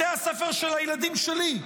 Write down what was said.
בתי הספר של הילדים שלי,